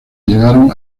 llegaron